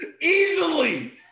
easily